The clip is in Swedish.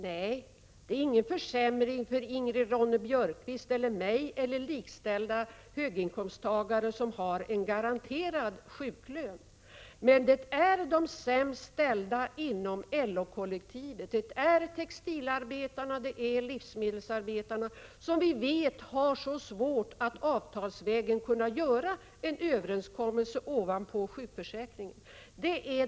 Nej, det blir ingen försämring för Ingrid Ronne-Björkqvist, mig och likställda höginkomsttagare med garanterad sjuklön. Det gäller de sämst ställda inom LO-kollektivet, textilarbetarna, livsmedelsarbetarna, vilka som vi vet har svårt att avtalsvägen träffa en överenskommelse ovanpå sjukförsäkringen.